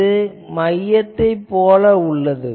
இது மையத்தைப் போல உள்ளது